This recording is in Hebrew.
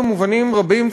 במובנים רבים,